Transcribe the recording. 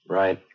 right